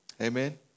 Amen